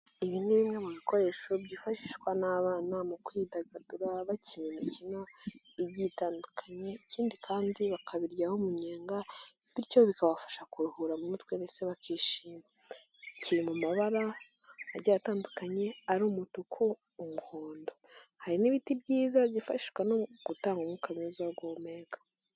Ibi ni bimwe mu bikoresho byifashishwa n'abana mu kwidagadura bakina imikino igiye itandukanye ikindi kandi bakabiryaho umunyenga bityo bikabafasha kuruhura mu mutwe ndetse bakishima, kiri mu mabara agiye atandukanye ari umutuku, umuhondo. Hari n'ibiti byiza byifashishwa no gutanga umwuka mwiza wo guhumeka.